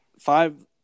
Five